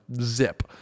zip